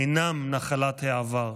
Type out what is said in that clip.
אינם נחלת העבר.